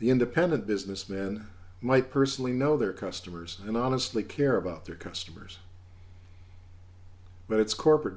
the independent businessman might personally know their customers and honestly care about their customers but it's corporate